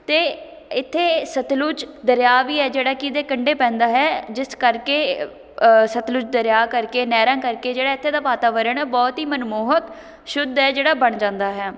ਅਤੇ ਇੱਥੇ ਸਤਲੁਜ ਦਰਿਆ ਵੀ ਹੈ ਜਿਹੜਾ ਕਿ ਇਹਦੇ ਕੰਢੇ ਪੈਂਦਾ ਹੈ ਜਿਸ ਕਰਕੇ ਸਤਲੁਜ ਦਰਿਆ ਕਰਕੇ ਨਹਿਰਾਂ ਕਰਕੇ ਜਿਹੜਾ ਇੱਥੇ ਦਾ ਵਾਤਾਵਰਨ ਹੈ ਉਹ ਬਹੁਤ ਹੀ ਮਨਮੋਹਕ ਸ਼ੁੱਧ ਹੈ ਜਿਹੜਾ ਬਣ ਜਾਂਦਾ ਹੈ